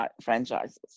franchises